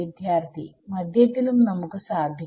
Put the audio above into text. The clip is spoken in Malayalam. വിദ്യാർത്ഥി മധ്യത്തിലും നമുക്ക് സാധിക്കും